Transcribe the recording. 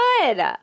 good